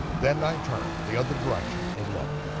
then i turned the other direction and looked,